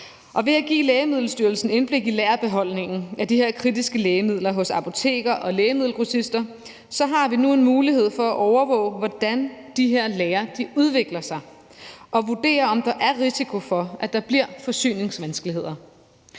Ved at give Lægemiddelstyrelsen indblik i lagerbeholdningen af kritiske lægemidler hos apoteker og lægemiddelgrossister har vi nu en mulighed for at overvåge, hvordan de her lagre udvikler sig, og vurdere, om der er risiko for, at der bliver forsyningsvanskeligheder.